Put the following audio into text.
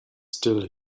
still